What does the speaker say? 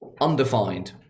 undefined